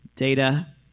Data